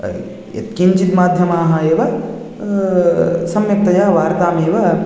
यत्किञ्चित् माध्यमाः एव सम्यक्तया वार्तामेव